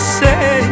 say